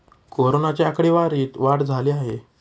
कोरोनाच्या आकडेवारीत वाढ झाली आहे